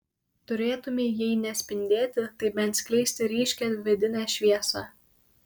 turėtumei jei ne spindėti tai bent skleisti ryškią vidinę šviesą